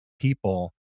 people